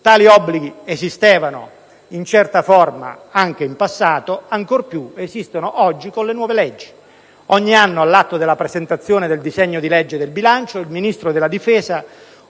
Tali obblighi esistevano, in certa forma, anche in passato; ancor più esistono oggi con le nuove leggi. Ogni anno, all'atto della presentazione del disegno di legge del bilancio, il Ministro della difesa,